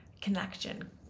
connection